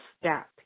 step